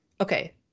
Okay